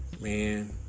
Man